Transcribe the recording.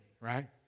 right